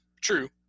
True